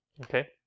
okay